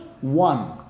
one